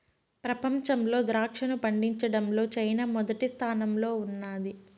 ప్రపంచంలో ద్రాక్షను పండించడంలో చైనా మొదటి స్థానంలో ఉన్నాది